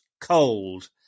cold